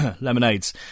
lemonades